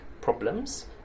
problems